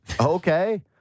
Okay